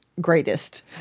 greatest